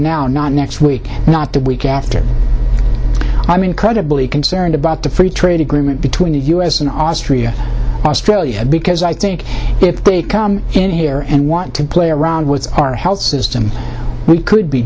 now not next week not the week after i mean credibly concerned about the free trade agreement between the us and austria australia because i think if they come in here and want to play around with our health system we could be